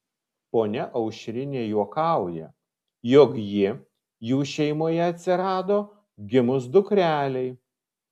ponia aušrinė juokauja jog ji jų šeimoje atsirado gimus dukrelei